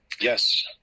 yes